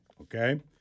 Okay